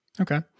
Okay